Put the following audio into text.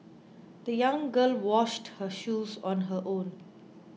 the young girl washed her shoes on her own